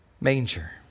manger